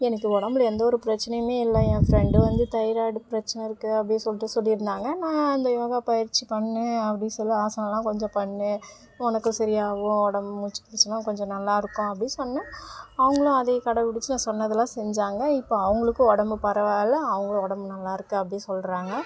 எனக்கு உடம்பில் எந்த ஒரு பிரச்சனையுமே இல்லை என் ஃப்ரெண்டு வந்து தைராய்டு பிரச்சனை இருக்குது அப்டின்னு சொல்லிட்டு சொல்லி இருந்தாங்க நான் அந்த யோகா பயிற்சி பண்ணு அப்டின்னு சொல்லி ஆசனம் எல்லாம் கொஞ்சம் பண்ணு உனக்கு சரியாவும் உடம்பு மூச்சு பிரச்சனைலாம் கொஞ்சம் நல்லா இருக்கும் அப்படி சொன்னேன் அவங்களும் அதே கடைபுடிச்சி நான் சொன்னது எல்லாம் செஞ்சாங்க இப்போ அவங்களுக்கும் உடம்பு பரவாயில்லை அவங்களும் உடம்பு நல்லா இருக்குது அப்படி சொல்கிறாங்க